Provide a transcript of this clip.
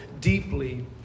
Deeply